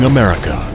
America